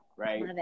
right